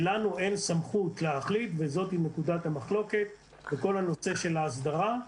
בו לנו אין סמכות להחליט וזאת נקודת המחלוקת בכל הנושא של ההסדרה,